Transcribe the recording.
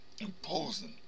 imposing